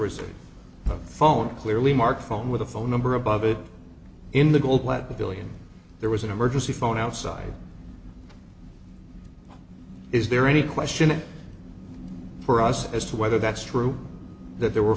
was a phone clearly marked phone with a phone number above it in the gold letter billion there was an emergency phone outside is there any question for us as to whether that's true that there were